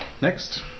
next